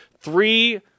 Three